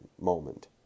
moment